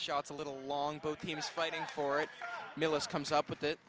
shots a little long both teams fighting for it millis comes up with